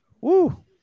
Woo